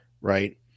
right